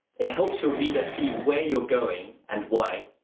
it helps your reader see where you're going and why,